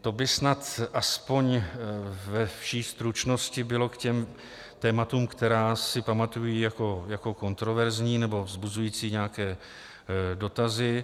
To by snad aspoň ve vší stručnosti bylo k těm tématům, která si pamatuji jako kontroverzní nebo vzbuzující nějaké dotazy.